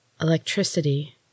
electricity